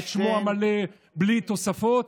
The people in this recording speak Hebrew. את שמו המלא בלי תוספות,